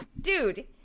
dude